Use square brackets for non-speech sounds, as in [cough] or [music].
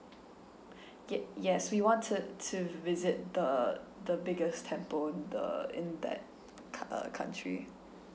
[breath] ye~ yes we want to to visit the the biggest temple in the in that cou~ uh country